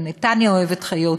על "נתניה אוהבת חיות",